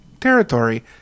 territory